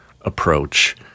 approach